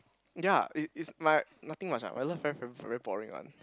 ya it's it's my nothing much ah my love life very boring one